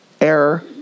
Error